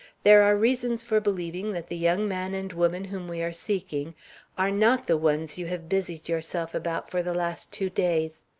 there are reasons for believing that the young man and woman whom we are seeking are not the ones you have busied yourself about for the last two days.